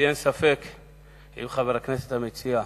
לי אין ספק שאם חבר הכנסת המציע,